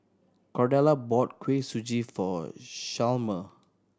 Cordella bought Kuih Suji for Chalmer